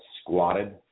squatted